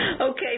Okay